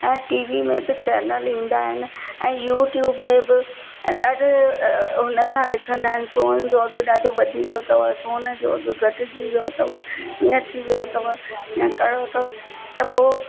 ऐं T V में बि चैनल ई हूंदा आहिनि ऐं यूट्यूब में बि ऐं ॾाढे हुन सां लिखंदा आहिनि सोन जो अघु ॾाढो वधी वियो अथव सोन जो अघु घटिजी वियो अथव इअं थी वियो अथव या कहिड़ो थो त पोइ